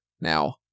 now